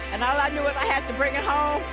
and all i knew was i had to bring it home.